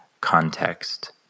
context